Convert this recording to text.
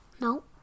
No